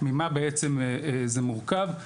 אז ממה בעצם זה מורכב.